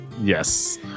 Yes